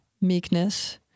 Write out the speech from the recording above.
meekness